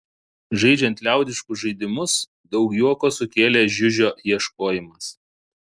žaidžiant liaudiškus žaidimus daug juoko sukėlė žiužio ieškojimas